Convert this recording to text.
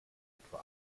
etwa